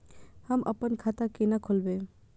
हम अपन खाता केना खोलैब?